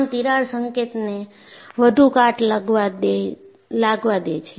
આમ તિરાડ સંકેતને વધુ કાટ લાગવા દે છે